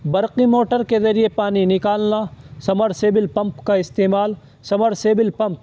برقی موٹر کے ذریعے پانی نکالنا سمر سیبل پمپ کا استعمال سمر سیبل پمپ